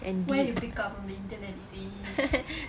where you pick up on the internet is it